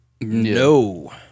No